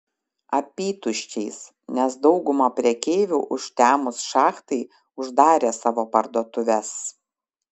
apytuščiais nes dauguma prekeivių užtemus šachtai uždarė savo parduotuves